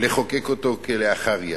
לחוקק אותו כלאחר יד.